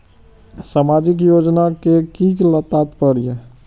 सामाजिक योजना के कि तात्पर्य?